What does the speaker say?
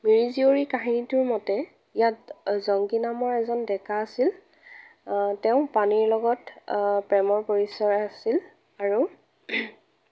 মিৰি জীয়ৰী কাহিনীটোৰ মতে ইয়াত জংকি নামৰ এজন ডেকা আছিল তেওঁ পানৈৰ লগত প্ৰেমৰ পৰিচয় আছিল আৰু